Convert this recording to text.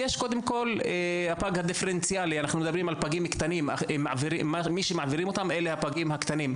יש קודם כל הפג הדיפרנציאלי מי שמעבירים אותם אלה הפגים הקטנים.